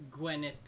Gwyneth